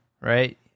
right